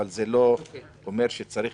אבל זה לא אומר שצריך